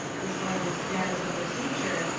the slighted status of the teacher,